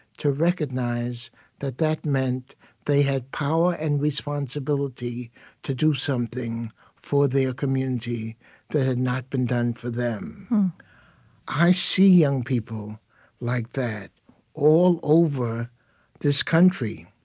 to recognize that that meant they had power and responsibility to do something for their ah community that had not been done for them i see young people like that all over this country,